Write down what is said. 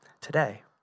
today